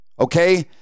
okay